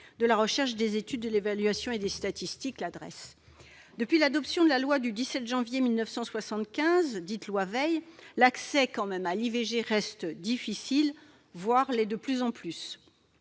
de la recherche, des études, de l'évaluation et des statistiques, la Drees. Depuis l'adoption de la loi du 17 janvier 1975, dite loi Veil, l'accès à l'IVG reste difficile, voire l'est de plus en plus.